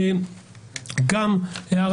אני רוצה לומר